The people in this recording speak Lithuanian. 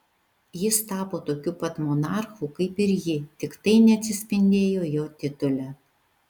jis tapo tokiu pat monarchu kaip ir ji tik tai neatsispindėjo jo titule